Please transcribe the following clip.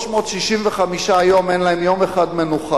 365 יום אין להם יום אחד מנוחה,